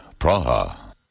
Praha